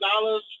dollars